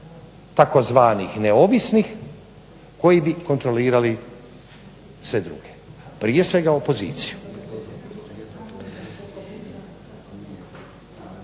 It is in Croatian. tzv. neovisnih koji bi kontrolirali sve druge, prije svega opoziciju.